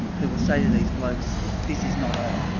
who will say to these blokes, this is not on.